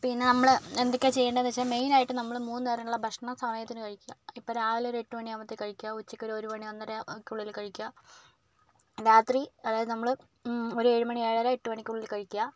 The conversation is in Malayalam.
പിന്നേ നമ്മള് എന്തൊക്കെയാണ് ചെയ്യേണ്ടത് എന്ന് വച്ചാല് മെയിന് ആയിട്ടും നമ്മള് മൂന്നു നേരമുള്ള ഭക്ഷണം സമയത്തിനു കഴിക്കുക ഇപ്പോൾ രാവിലെ ഒരു എട്ടു മണിയാ വുമ്പോഴത്തേന് കഴിക്കുക ഉച്ചക്ക് ഒരു ഒരുമണി ഒന്നരക്കുള്ളില് കഴിക്കുക രാത്രി അതായത് നമ്മള് ഒരു എഴുമണി ഏഴര എട്ടുമണിക്കുള്ളില് കഴിക്കുക